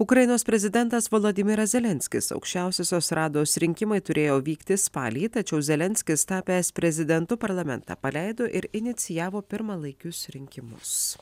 ukrainos prezidentas volodymyras zelenskis aukščiausiosios rados rinkimai turėjo vykti spalį tačiau zelenskis tapęs prezidentu parlamentą paleido ir inicijavo pirmalaikius rinkimus